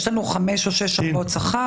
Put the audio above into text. יש לנו חמש או שש חוקות שכר.